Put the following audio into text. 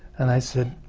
and i said,